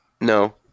No